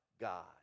God